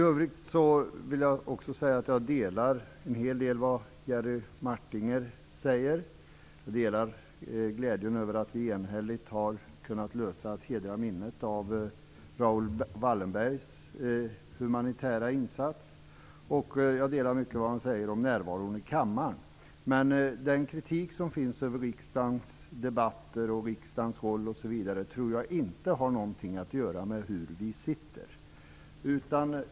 I övrigt vill jag säga att jag delar en hel del av Jerry Martingers uppfattningar. Jag delar glädjen över att vi enhälligt har kunnat lösa frågan om att hedra minnet av Raoul Wallenbergs humanitära insats. Jag delar många av hans åsikter om närvaron i kammaren. Men den kritik som finns av riksdagens debatter, riksdagens roll osv. tror jag inte har någonting att göra med hur vi sitter.